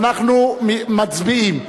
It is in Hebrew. ואנחנו מצביעים.